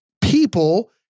people